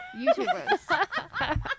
YouTubers